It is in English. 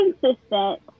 consistent